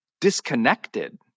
disconnected